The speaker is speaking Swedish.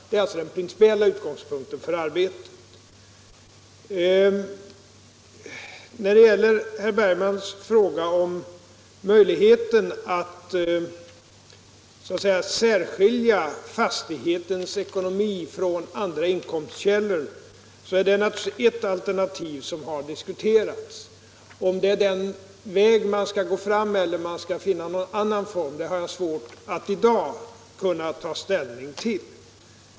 Det är den principiella utgångspunkten för arbetet. När det gäller herr Bergmans fråga om möjligheten att så att säga särskilja fastighetens ekonomi från andra inkomstkällor vill jag säga att det är ett alternativ som har diskuterats. Om det är den väg man skall gå eller om man skall försöka finna någon annan form har jag svårt att i dag ta ställning till.